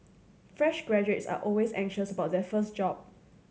fresh graduates are always anxious about their first job